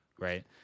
right